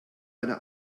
eine